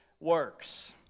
works